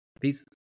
Peace